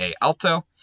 Alto